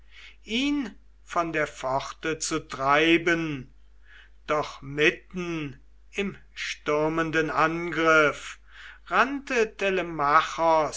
ihn von der pforte zu treiben doch mitten im stürmenden angriff rannte